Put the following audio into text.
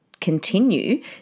continue